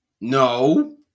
No